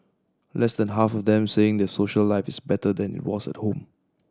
less than half of them saying their social life is better than was at home